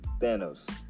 Thanos